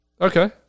okay